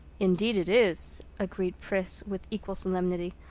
indeed it is, agreed pris with equal solemnity.